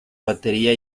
batería